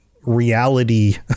Reality